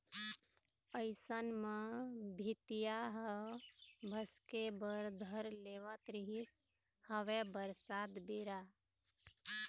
अइसन म भीतिया ह भसके बर धर लेवत रिहिस हवय बरसात बेरा